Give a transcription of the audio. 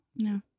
No